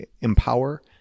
empower